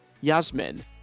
Yasmin